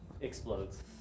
explodes